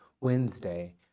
Wednesday